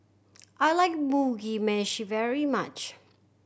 I like Mugi Meshi very much